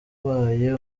wabaye